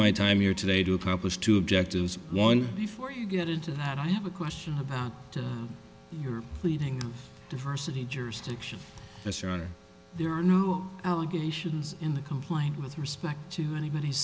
my time here today to accomplish two objectives one before you get into that i have a question about your pleadings diversity jurisdiction history there are no allegations in the complaint with respect to anybody's